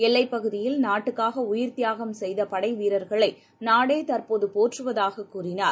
எல்லைப்பகுதியில் நாட்டுக்காகஉயிர் தியாகம் செய்தபடைவீரர்களைநாடேதற்போதுபோற்றுவதாகக் கூறினார்